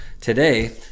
Today